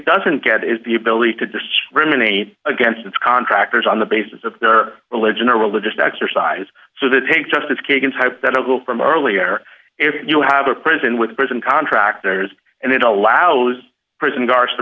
doesn't get is the ability to discriminate against its contractors on the basis of their religion or religious exercise so the take justice kagan's hypothetical from earlier if you have a prison with prison contractors and it allows prison guards to